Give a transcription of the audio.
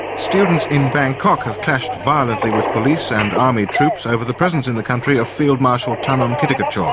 students in bangkok have clashed violently with police and army troops over the presence in the country of field marshal thanom kittikachorn.